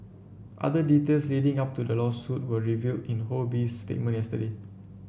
other details leading up to the lawsuit were revealed in Ho Bee's statement yesterday